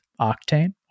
Octane